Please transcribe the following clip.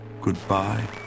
goodbye